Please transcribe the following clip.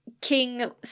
King